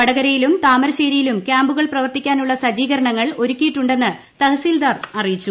വടകരയിലും താമരശ്ശേരിയിലും ക്യാമ്പുകൾ പ്രവർത്തിക്കാനുള്ള സജ്ജീകരണങ്ങൾ ഒരുക്കിയിട്ടുണ്ടെന്ന് തഹസിൽദാർമാർ അറിയിച്ചു